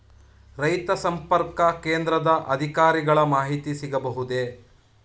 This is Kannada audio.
ರೈತ ಸಂಪರ್ಕ ಕೇಂದ್ರದ ಅಧಿಕಾರಿಗಳ ಮಾಹಿತಿ ಸಿಗಬಹುದೇ?